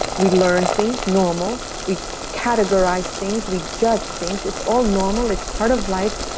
we learn things normal, we categorize things, we judge things, it's all normal, it's part of life,